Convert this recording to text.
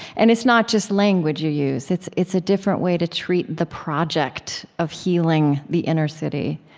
and it's not just language you use. it's it's a different way to treat the project of healing the inner city.